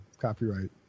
copyright